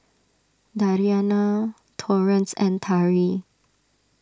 Dariana Torrance and Tari